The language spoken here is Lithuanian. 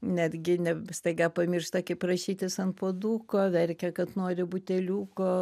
netgi ne staiga pamiršta kai prašytis ant puoduko verkia kad nori buteliuko